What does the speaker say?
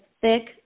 thick